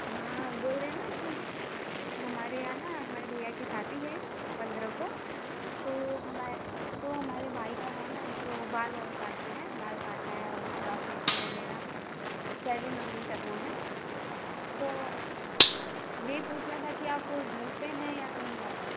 हाँ बोल रहे हैं ना कि हमारे यहाँ ना हमारे भैया की शादी है पन्द्रह को तो हमाए तो हमारे भाई का है ना तो बाल ओल काटना है बाल काटना है और थोड़ा फेसिअल वगैरह सेविंग वेविंग करना है तो यही पूछना था कि आप घर पर हैं या कहीं और हैं